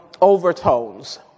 overtones